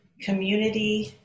community